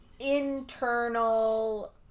internal